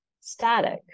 static